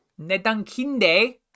Nedankinde